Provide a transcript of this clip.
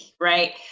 right